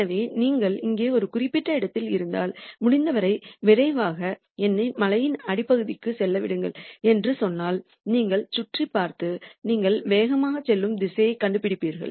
எனவே நீங்கள் இங்கே ஒரு குறிப்பிட்ட இடத்தில் இருந்தால் முடிந்தவரை விரைவாக என்னை மலையின் அடிப்பகுதிக்கு செல்ல விடுங்கள் என்று சொன்னால் நீங்கள் சுற்றிப் பார்த்து நீங்கள் வேகமாகச் செல்லும் திசையைக் கண்டுபிடிப்பீர்கள்